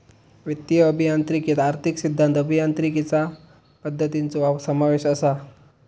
वित्तीय अभियांत्रिकीत आर्थिक सिद्धांत, अभियांत्रिकीचा पद्धतींचो समावेश असा